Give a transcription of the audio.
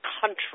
country